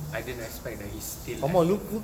I didn't expect that he's still active